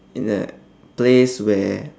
in a place where